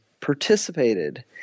participated